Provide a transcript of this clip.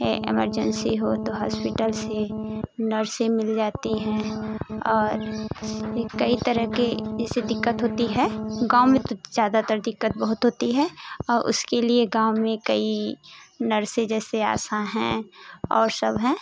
है एमरजेंसी हो तो हॉस्पिटल से नर्सें मिल जाती हैं और ये कई तरह के इससे दिक्कत होती है गाँव में तो ज़्यादातर दिक्कत बहुत होती है और उसके लिए गाँव में कई नर्सें जैसे आशा हैं और सब हैं